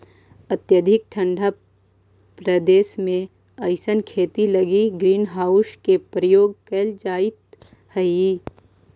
अत्यधिक ठंडा प्रदेश में अइसन खेती लगी ग्रीन हाउस के प्रयोग कैल जाइत हइ